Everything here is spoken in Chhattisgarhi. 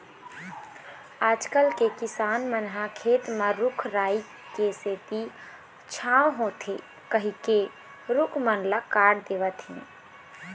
आजकल के किसान मन ह खेत म रूख राई के सेती छांव होथे कहिके रूख मन ल काट देवत हें